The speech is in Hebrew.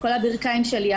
על כל הברכיים שלי,